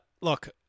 Look